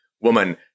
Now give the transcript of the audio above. woman